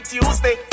Tuesday